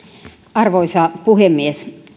arvoisa puhemies